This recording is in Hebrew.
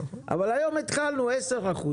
אבל היום התחלנו 10%,